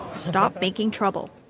stop making trouble,